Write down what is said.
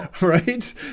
right